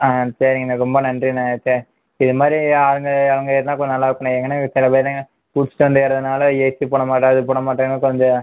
ஆ சரிங்ண்ணே ரொம்ப நன்றிண்ணே இதுமாதிரி ஆளுங்க இறங்க ஏறினா கொஞ்சோம் நல்லாயிருக்குண்ணே ஏனால் சில பேர் குடிச்சிட்டு வந்து ஏறதுனால் ஏசி போடமாட்டேங்ககிற அது போடமாட்டேங்கிற கொஞ்சோம்